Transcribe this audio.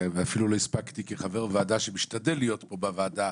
וכחבר ועדה שמשתדל להיות פה בוועדה,